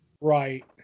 Right